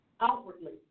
outwardly